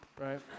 Right